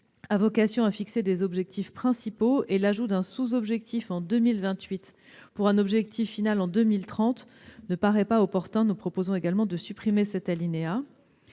a vocation à fixer des objectifs principaux, et l'ajout d'un sous-objectif en 2028 pour un objectif final en 2030 ne paraît pas opportun. Nous proposons également de supprimer cette